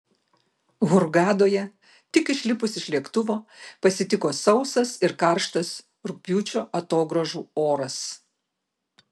hurgadoje tik išlipus iš lėktuvo pasitiko sausas ir karštas rugpjūčio atogrąžų oras